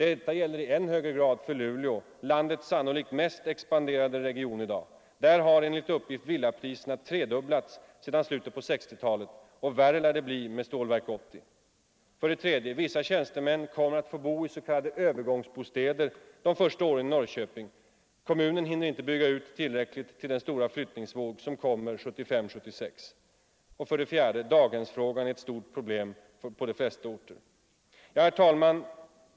Detta gäller i än högre grad för Luleå, landets sannolikt mest expanderande region i dag. Där har enligt uppgift villapriserna tredubblats sedan slutet av 1960-talet, och värre lär det bli med tillkomsten av Stålverk 80. 3. Vissa tjänstemän kommer att få bo i s.k. övergångsbostäder de första åren i Norrköping. Kommunen hinner inte bygga ut tillräckligt till den stora flyttningsvåg som kommer 1975-1976. 4. Daghemsfrågan är ett stort problem på de flesta orter. Herr talman!